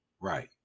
Right